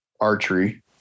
archery